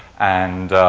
and